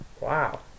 Wow